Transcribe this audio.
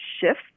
shift